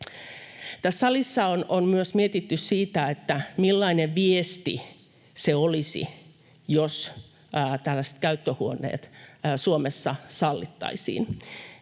salissa on mietitty myös sitä, millainen viesti se olisi, jos tällaiset käyttöhuoneet Suomessa sallittaisiin.